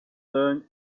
learn